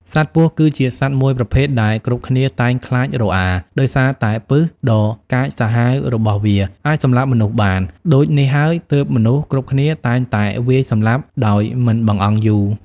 សត្វពស់ គឺជាសត្វមួយប្រភេទដែលគ្រប់គ្នាតែងខ្លាចរអា ដោយសារតែពិសដ៏កាចសាហាវរបស់វាអាចសម្លាប់មនុស្សបាន ដូចនេះហើយទើបមនុស្សគ្រប់គ្នាតែងតែវាយសម្លាប់ដោយមិនបង្អង់យូរ ។